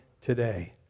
today